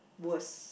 worst